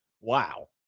Wow